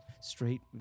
straight